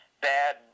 bad